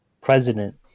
president